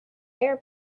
air